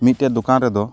ᱢᱤᱫᱴᱮᱱ ᱫᱚᱠᱟᱱ ᱨᱮᱫᱚ